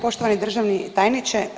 Poštovani državni tajniče.